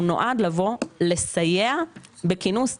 הוא נועד לבוא ולסייע בכינוס תקציב,